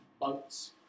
boats